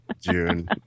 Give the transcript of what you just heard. june